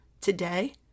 today